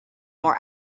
more